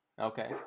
Okay